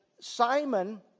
Simon